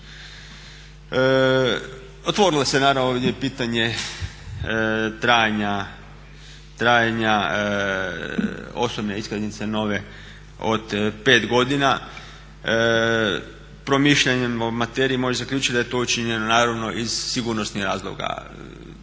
Otvorilo se naravno ovdje i pitanje trajanja osobne iskaznice nove od 5 godina, promišljanjem o materiji možemo zaključiti da je to učinjeno naravno iz sigurnosnih razloga.